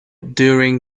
during